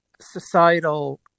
societal